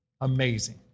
Amazing